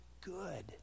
good